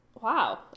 Wow